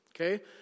okay